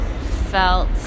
felt